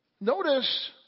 notice